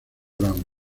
brown